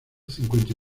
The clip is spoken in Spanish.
cincuenta